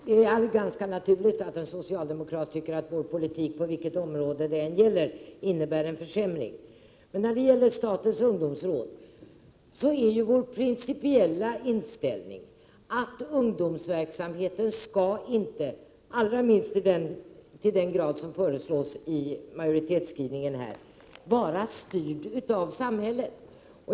Herr talman! Det är ganska naturligt att en socialdemokrat tycker att vår politik — vilket område det än gäller — innebär en försämring. Beträffande statens ungdomsråd är vår principiella inställning att ungdomsverksamheten inte — allra minst i den utsträckning som föreslås i majoritetsskrivningen — skall vara styrd av samhället.